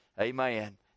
amen